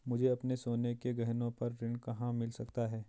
मुझे अपने सोने के गहनों पर ऋण कहाँ मिल सकता है?